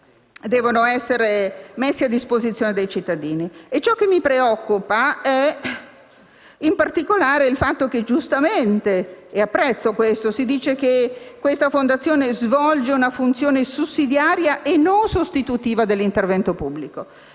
da mettere a disposizione dei cittadini. Ciò che mi preoccupa, in particolare, è il fatto che mentre, giustamente, si dice che questa fondazione svolge una funzione sussidiaria e non sostitutiva dell'intervento pubblico,